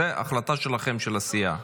זו החלטה שלכם, של הסיעה.